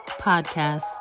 Podcast